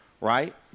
Right